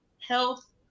health